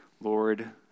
Lord